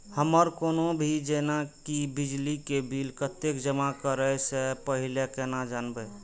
हमर कोनो भी जेना की बिजली के बिल कतैक जमा करे से पहीले केना जानबै?